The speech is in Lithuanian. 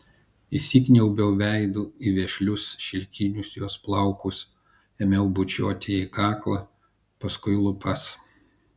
įsikniaubiau veidu į vešlius šilkinius jos plaukus ėmiau bučiuoti jai kaklą paskui lūpas